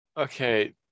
okay